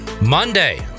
Monday